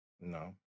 No